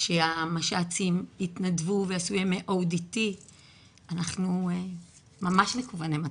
שהמש"צים התנדבו ועשו ימי ODT. אנחנו ממש מכווני מטרה.